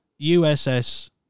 USS